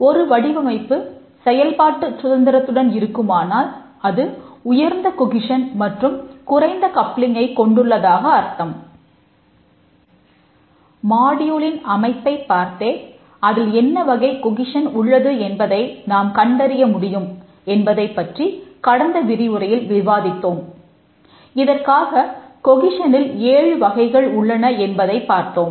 ஒரு வடிவமைப்பு செயல்பாட்டுச் சுதந்திரத்துடன் இருக்குமானால் அது உயர்ந்த கொகிஷன் கொண்டுள்ளதாக அர்த்தம்